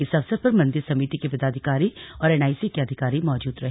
इस अवसर पर मंदिर समिति के पदाधिकारी और एनआईसी के अधिकारी मौजूद रहे